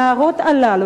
הנערות האלה,